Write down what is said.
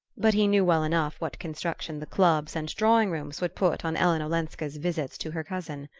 but he knew well enough what construction the clubs and drawing-rooms would put on ellen olenska's visits to her cousin.